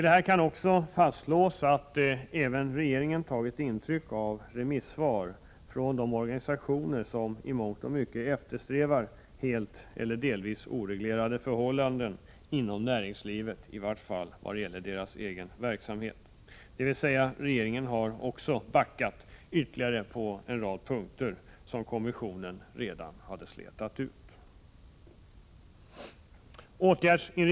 Det kan vidare fastslås att även regeringen har tagit intryck av remissvar från de organisationer som i mångt och mycket eftersträvar oreglerade förhållanden inom näringslivet, i vart fall vad gäller den egna verksamheten. Regeringen har alltså backat ytterligare på en rad punkter där kommissionen redan hade slätat ut förslagen.